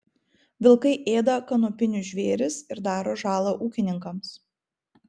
vilkai ėda kanopinius žvėris ir daro žalą ūkininkams